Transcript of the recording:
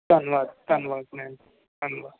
ਧੰਨਵਾਦ ਧੰਨਵਾਦ ਮੈਮ ਧੰਨਵਾਦ